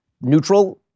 neutral